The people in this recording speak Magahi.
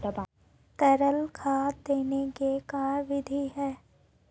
तरल खाद देने के का बिधि है?